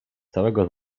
całego